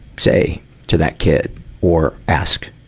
say to that kid or ask,